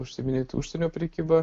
užsiiminėti užsienio prekyba